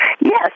Yes